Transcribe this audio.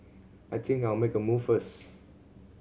I think I'll make a move first